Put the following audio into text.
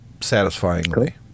satisfyingly